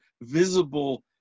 visible